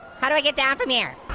how do i get down from here?